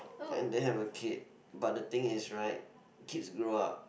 and then have a kid but the thing is right kids grow up